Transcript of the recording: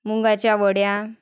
मुंगाच्या वड्या